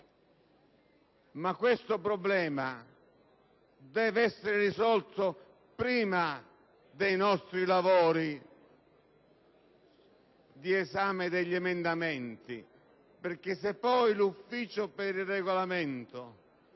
Ma questo problema deve essere risolto prima dei nostri lavori di esame degli emendamenti perché, se poi la Giunta per il Regolamento